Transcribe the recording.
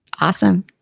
Awesome